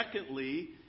Secondly